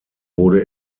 wurde